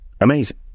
Amazing